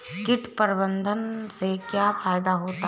कीट प्रबंधन से क्या फायदा होता है?